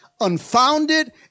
unfounded